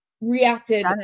reacted